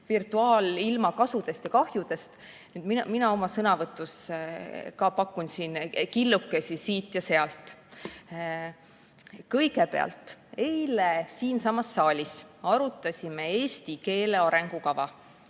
virtuaalilma kasudest ja kahjudest. Mina oma sõnavõtus ka pakun siin killukesi siit ja sealt. Kõigepealt, eile siinsamas saalis arutasime eesti keele arengukava,